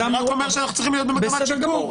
אני רק אומר שאנחנו צריכים להיות במגמת שיפור,